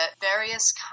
various